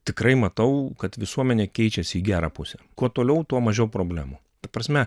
tikrai matau kad visuomenė keičiasi į gerą pusę kuo toliau tuo mažiau problemų ta prasme